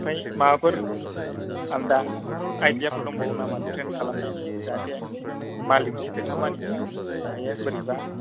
आमफ्राय माबाफोर आलदा आइदियाफोर दंबावयो नामा थ्रेन खालामनायनि जाहाथे मालिकनि खोथा मानियो मायो बोरैबा